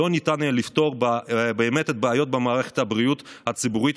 לא ניתן יהיה לפתור באמת את הבעיות במערכת הבריאות הציבורית,